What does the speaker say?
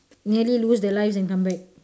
nearly lose their lives and come back